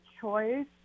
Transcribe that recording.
choice